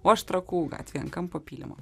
o aš trakų gatvėj ant kampo pylimo